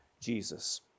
Jesus